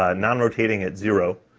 ah non-rotating at zero,